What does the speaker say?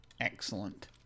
Excellent